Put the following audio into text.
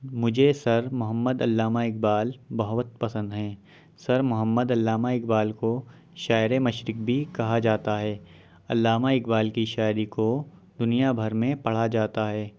مجھے سر محمد علامہ اقبال بہت پسند ہیں سر محمد علامہ اقبال کو شاعر مشرق بھی کہا جاتا ہے علامہ اقبال کی شاعری کو دنیا بھر میں پڑھا جاتا ہے